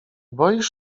boisz